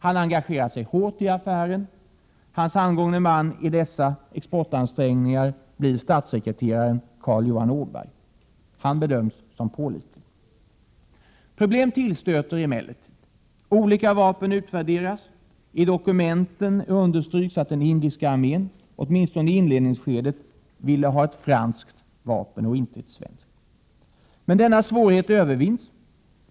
Han engagerar sig hårt i affären. Hans handgångne man i dessa exportansträngningar blir statssekreteraren Carl-Johan Åberg. Han bedöms som pålitlig. Problem tillstöter emellertid. Olika vapen utvärderas. I dokumenten understryks att den indiska armén, åtminstone i inledningsskedet, vill ha ett franskt vapen och inte ett svenskt. Men denna svårighet övervinns.